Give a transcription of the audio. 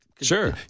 Sure